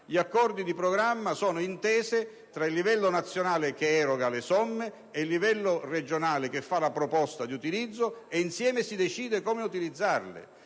Gli accordi di programma sono intese tra il livello nazionale che eroga le somme e il livello regionale che fa la proposta di utilizzo: insieme si decide come utilizzarli.